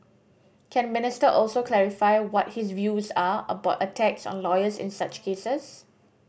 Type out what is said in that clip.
can Minister also clarify what his views are about attacks on lawyers in such cases